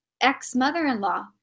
ex-mother-in-law